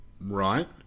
Right